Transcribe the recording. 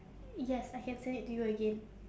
yes I can send it to you again